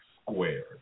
squared